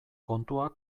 kontua